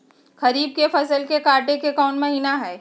खरीफ के फसल के कटे के कोंन महिना हई?